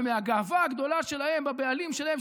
ומהגאווה הגדולה שלהן בבעלים שלהן,